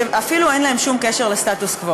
ואפילו אין להם שום קשר לסטטוס-קוו.